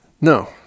No